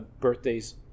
birthdays